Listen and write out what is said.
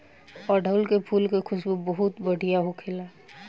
अढ़ऊल के फुल के खुशबू बहुत बढ़िया होखेला